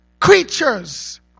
creatures